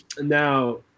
Now